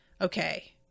Okay